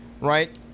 right